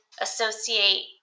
associate